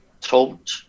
told